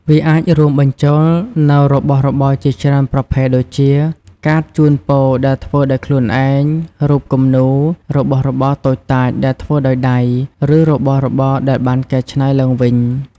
វាអាចរួមបញ្ចូលនូវរបស់របរជាច្រើនប្រភេទដូចជា កាតជូនពរដែលធ្វើដោយខ្លួនឯង រូបគំនូរ របស់របរតូចតាចដែលធ្វើដោយដៃ ឬរបស់របរដែលបានកែច្នៃឡើងវិញ។